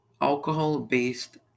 alcohol-based